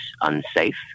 unsafe